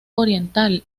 oriental